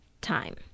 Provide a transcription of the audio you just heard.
time